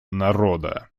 народа